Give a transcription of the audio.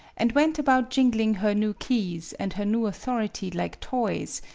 and went about jingling her new keys and her new authority like toys,